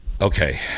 Okay